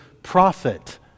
prophet